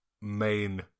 Main